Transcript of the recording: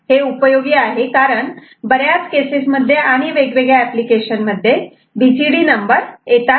हे उपयोगी आहे कारण बऱ्याच केसेस मध्ये आणि वेगवेगळ्या एप्लीकेशन मध्ये बीसीडी नंबर येतात